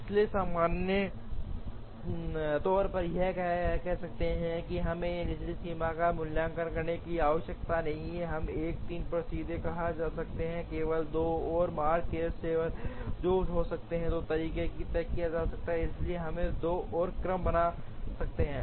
इसलिए सामान्य तौर पर यहां तक कहेंगे कि हमें इस निचली सीमा का मूल्यांकन करने की आवश्यकता नहीं है हम 1 3 पर सीधे कहा जा सकता है केवल 2 और कार्य शेष हैं जो हो सकते हैं 2 तरीकों से तय किया गया इसलिए हम 2 और क्रम बना सकते हैं